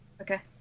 Okay